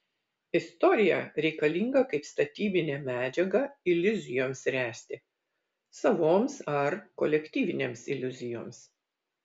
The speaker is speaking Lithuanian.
istorija reikalinga kaip statybinė medžiaga iliuzijoms ręsti savoms ar kolektyvinėms iliuzijoms